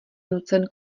nucen